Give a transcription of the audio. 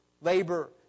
labor